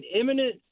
imminent